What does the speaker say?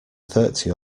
thirty